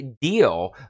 deal